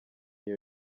iyo